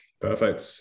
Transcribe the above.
Perfect